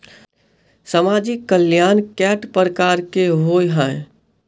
सामाजिक कल्याण केट प्रकार केँ होइ है?